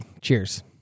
Cheers